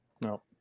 No